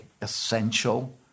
essential